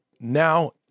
now